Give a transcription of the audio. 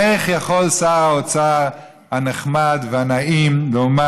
איך יכול שר האוצר הנחמד והנעים לומר